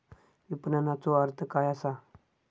विपणनचो अर्थ काय असा?